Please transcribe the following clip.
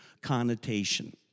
connotation